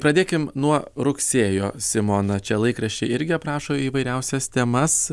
pradėkim nuo rugsėjo simona čia laikraščiai irgi aprašo įvairiausias temas